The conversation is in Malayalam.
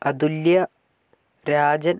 അതുല്യ രാജൻ